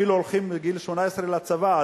אפילו כשהולכים בגיל 18 לצבא,